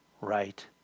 right